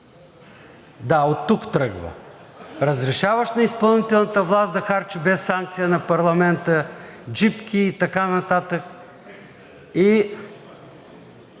Да, оттук тръгва – разрешаваш на изпълнителната власт да харчи без санкция на парламента, джипки и така нататък.